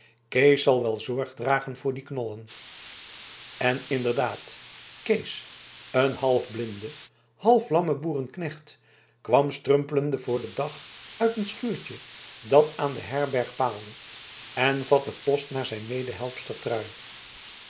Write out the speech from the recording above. kees zal wel zorg dragen voor die knollen en inderdaad kees een half blinde half lamme boerenknecht kwam strumpelende voor den dag uit een schuurtje dat aan de herberg paalde en vatte post naast zijn medehelpster trui